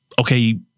okay